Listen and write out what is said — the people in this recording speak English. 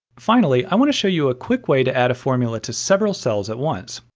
finally, i want to show you a quick way to add a formula to several cells at once.